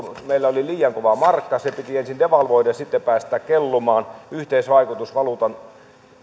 meillä oli liian kova markka se piti ensin devalvoida ja sitten päästää kellumaan yhteisvaikutus valuuttakurssien